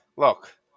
Look